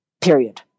period